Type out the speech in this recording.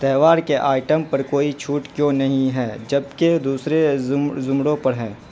تہوار کے آئٹم پر کوئی چھوٹ کیوں نہیں ہے جب کہ دوسرے زمروں پر ہے